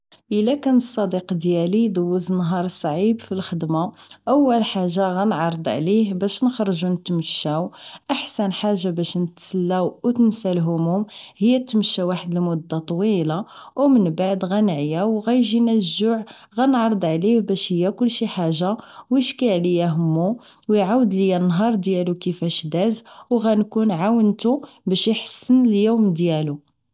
الا كان الصديق ديالي دوز نهار صعيب فالخدمة اول حاجة غنعرض عليه باش نخرجو نتمشاو احسن حاجة باش نتسلاو وتنسا الهموم هي تمشا واحد المدة طويلة و من بعد غنعياو و غيجينا الجوع غنعرض عليه باش ياكل شيحاجة وشكي عليا همو و اعاود ليا النهار ديالو كيفاش داز و غنكون عاونتو باش احسن اليوم ديالو